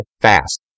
fast